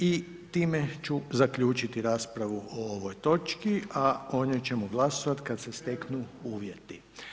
I time ću zaključiti raspravu o ovoj točki a o njoj ćemo glasovati kada se steknu uvjeti.